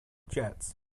jets